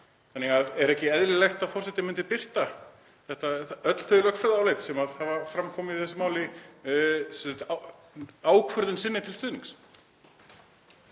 Er ekki eðlilegt að forseti myndi birta öll þau lögfræðiálit sem hafa fram komið í þessu máli, ákvörðun sinni til stuðnings?